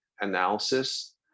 analysis